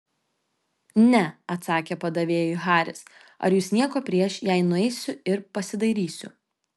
ne atsakė padavėjui haris ar jūs nieko prieš jei nueisiu ir pasidairysiu